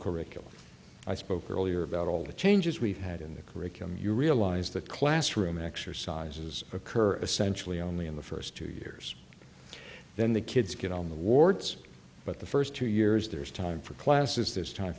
curriculum i spoke earlier about all the changes we've had in the curriculum you realize that classroom exercises occur essentially only in the first two years then the kids get on the wards but the first two years there is time for classes t